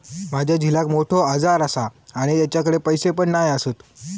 माझ्या झिलाक मोठो आजार आसा आणि माझ्याकडे पैसे पण नाय आसत